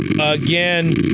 again